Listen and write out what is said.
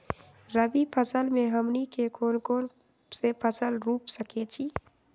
रबी फसल में हमनी के कौन कौन से फसल रूप सकैछि?